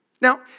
Now